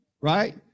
right